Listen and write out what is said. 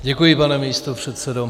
Děkuji, pane místopředsedo.